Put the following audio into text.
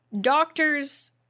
doctors